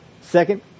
Second